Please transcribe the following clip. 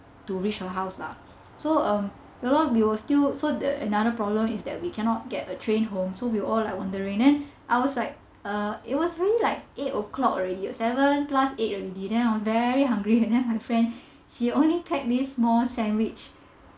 to reach her house lah so um ya lor we were still so the another problem is that we cannot get a train home so we were all like wondering then I was like uh it was really like eight O clock already seven plus eight already then I was very hungry and then my friend she only packed this small sandwich